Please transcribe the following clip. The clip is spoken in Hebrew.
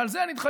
ועל זה נתחייבו.